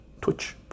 twitch